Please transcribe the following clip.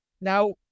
Now